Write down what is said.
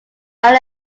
not